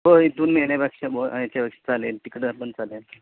हो इथून नेण्यापेक्षा ब ह्याच्यापेक्षा चालेल तिकडं पण चालेल